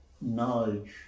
knowledge